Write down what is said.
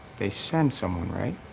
they send someone, right?